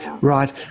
Right